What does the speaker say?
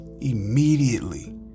immediately